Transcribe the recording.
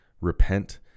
repent